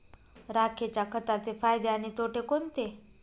राखेच्या खताचे फायदे आणि तोटे कोणते?